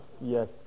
yes